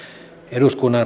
eduskunnan